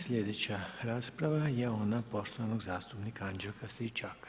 Sljedeća rasprava je ona poštovanog zastupnika Anđelka Stričaka.